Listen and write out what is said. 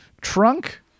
Trunk